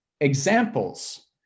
examples